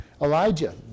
Elijah